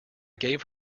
gave